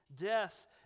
death